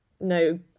no